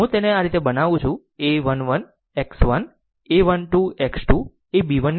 હું તેને આ રીતે બનાવું છું તે a 1 1 x 1 a 1 2 x 2 એ b 1 સમાન છે